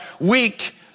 weak